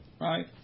right